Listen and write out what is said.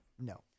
No